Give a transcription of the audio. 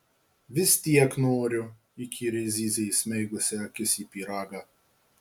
vis tiek noriu įkyriai zyzė įsmeigusi akis į pyragą